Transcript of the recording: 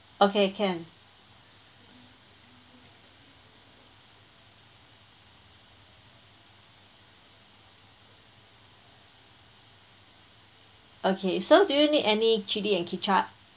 okay can okay so do you need any chili and ketchup